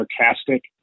sarcastic